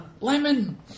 Lemon